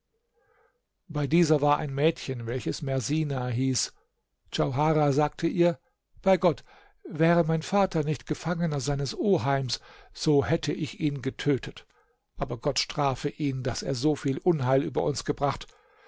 bei dieser war ein mädchen welches mersina hieß djauharah sagte ihr bei gott wäre mein vater nicht gefangener seines oheims so hätte ich ihn getötet aber gott strafe ihn daß er so viel unheil über uns gebracht